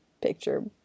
picture